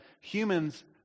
humans